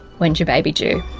when is your baby due?